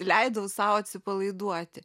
leidau sau atsipalaiduoti